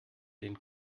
den